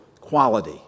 quality